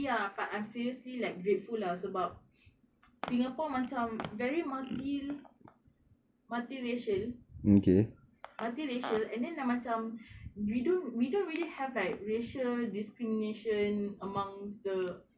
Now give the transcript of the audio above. ya but I'm seriously like grateful lah sebab singapore macam very multi~ multiracial multiracial and then macam we don't we don't really have like racial discrimination amongst the